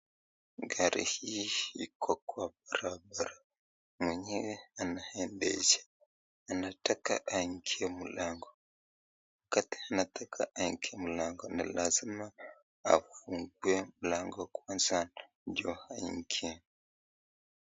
Gari hii iko kwa barabara, mwenyewe anaendesha, anataka aingie mlango, wakati anataka aingie mlango na lazima afungue mlango kwanza ndio aingie